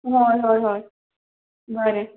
हय हय हय बरें